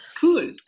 Cool